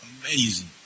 amazing